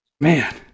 man